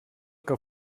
que